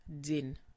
din